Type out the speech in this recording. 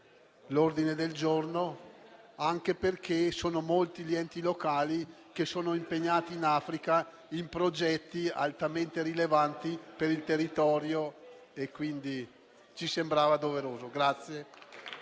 l'ordine del giorno G2.200, anche perché sono molti gli enti locali impegnati in Africa in progetti altamente rilevanti per il territorio, quindi ci sembrava doveroso.